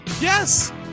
Yes